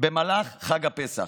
במהלך חג הפסח.